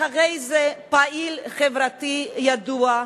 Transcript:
אחרי זה פעיל חברתי ידוע,